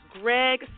Greg